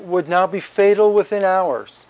would now be fatal within hours